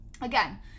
Again